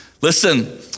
Listen